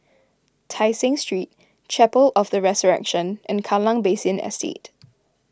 Tai Seng Street Chapel of the Resurrection and Kallang Basin Estate